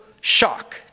shock